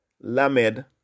Lamed